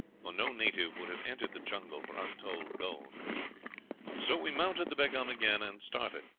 for no native would have entered the jungle for untold gold so we mounted the begaum again, and started.